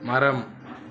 மரம்